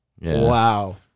Wow